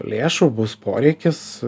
lėšų bus poreikis